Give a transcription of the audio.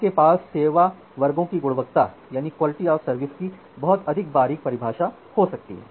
आपके पास सेवा वर्गों की गुणवत्ता की बहुत अधिक बारीक परिभाषा हो सकती है